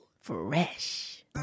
Fresh